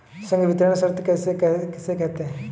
संवितरण शर्त किसे कहते हैं?